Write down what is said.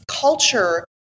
culture